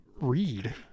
read